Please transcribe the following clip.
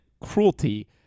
cruelty